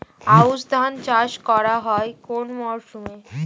আউশ ধান চাষ করা হয় কোন মরশুমে?